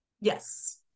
yes